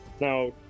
Now